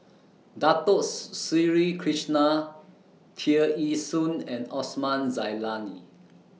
Dato Sri Krishna Tear Ee Soon and Osman Zailani